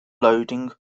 loading